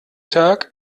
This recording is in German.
tag